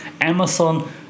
Amazon